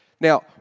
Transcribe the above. Now